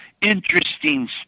interesting